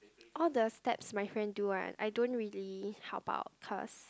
all the steps my friend do one I don't really help out cause